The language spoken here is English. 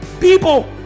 people